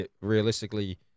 realistically